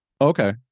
Okay